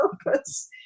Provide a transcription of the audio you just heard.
purpose